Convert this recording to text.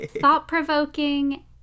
Thought-provoking